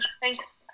Thanks